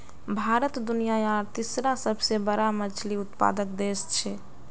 भारत दुनियार तीसरा सबसे बड़ा मछली उत्पादक देश छे